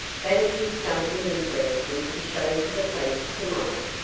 that'll be something interesting to show to the police tomorrow.